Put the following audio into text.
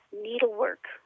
needlework